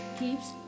keeps